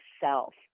self